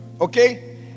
okay